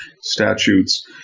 statutes